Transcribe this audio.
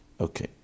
Okay